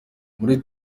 muri